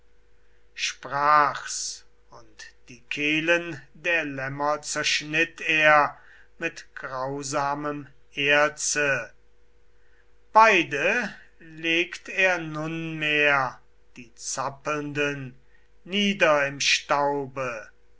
sprach's und die kehlen der lämmer zerschnitt er mit grausamem erze beide legt er nunmehr die zappelnden nieder im staube